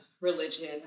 religion